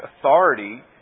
authority